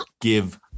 Give